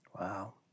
Wow